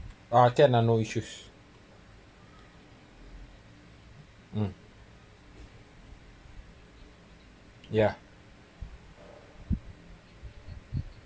uh can uh no issues um ya